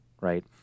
right